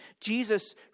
Jesus